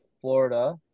Florida